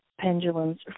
pendulums